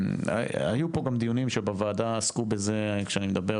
היו פה גם דיונים שבוועדה עסקו בזה כשאני מדבר